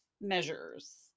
measures